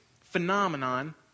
phenomenon